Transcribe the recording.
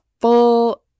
full